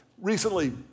Recently